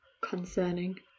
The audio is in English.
concerning